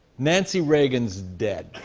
nancy reagan's dead.